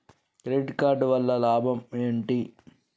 Credit card వల్ల లాభం ఏంటి?